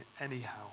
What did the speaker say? anyhow